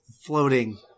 floating